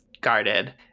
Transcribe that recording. guarded